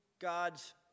God's